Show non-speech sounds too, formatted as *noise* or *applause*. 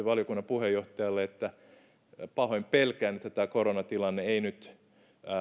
*unintelligible* valiokunnan puheenjohtajalle pahoin pelkään että tämä koronatilanne ei nyt